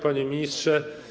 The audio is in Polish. Panie Ministrze!